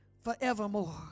forevermore